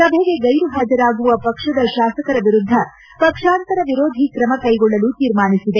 ಸಭೆಗೆ ಗೈರುಹಾಜರಾಗುವ ಪಕ್ಷದ ಶಾಸಕರ ವಿರುದ್ಧ ಪಕ್ಷಾಂತರ ವಿರೋಧಿ ತ್ರಮ ಕೈಗೊಳ್ಳಲು ತೀರ್ಮಾನಿಸಿದೆ